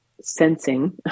sensing